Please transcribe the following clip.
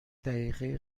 دقیقه